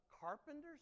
carpenter's